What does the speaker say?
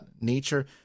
nature